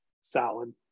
salad